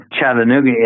Chattanooga